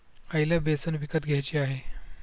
आईला बेसन विकत घ्यायचे आहे